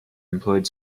employed